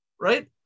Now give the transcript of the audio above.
right